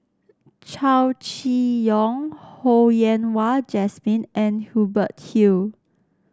Chow Chee Yong Ho Yen Wah Jesmine and Hubert Hill